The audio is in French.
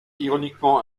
ironiquement